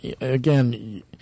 again